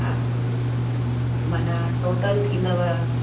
हा माना टोटल थींदव